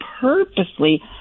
purposely